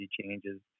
changes